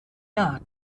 jahr